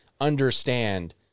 understand